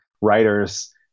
writers